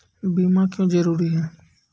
बीमा क्यों जरूरी हैं?